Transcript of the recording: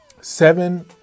seven